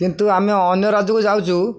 କିନ୍ତୁ ଆମେ ଅନ୍ୟ ରାଜ୍ୟକୁ ଯାଉଛୁ